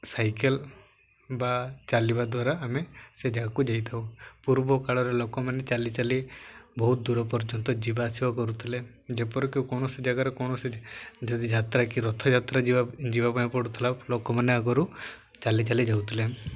cycle ବା ଚାଲିବା ଦ୍ୱାରା ଆମେ ସେ ଯାଗାକୁ ଯାଇଥାଉ ପୂର୍ବ କାଳରେ ଲୋକମାନେ ଚାଲି ଚାଲି ବହୁତ ଦୂର ପର୍ଯ୍ୟନ୍ତ ଯିବାଆସିବା କରୁଥିଲେ ଯେପରିକି କୌଣସି ଜାଗାରେ କୌଣସି ଯଦି ଯାତ୍ରା କି ରଥଯାତ୍ରା ଯିବା ଯିବା ପାଇଁ ପଡ଼ୁଥିଲା ଲୋକମାନେ ଆଗରୁ ଚାଲି ଚାଲି ଯାଉଥିଲେ